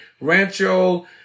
Rancho